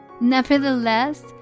nevertheless